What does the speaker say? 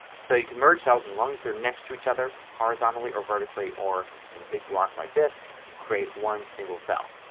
so you can merge cells as long as they are next to each other horizontally or vertically or in a big block like this to create one single cell.